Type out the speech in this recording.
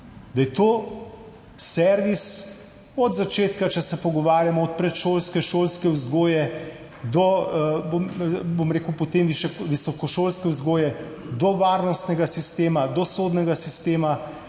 Da je to servis od začetka, če se pogovarjamo od predšolske šolske vzgoje do, bom rekel, potem visokošolske vzgoje, do varnostnega sistema, do sodnega sistema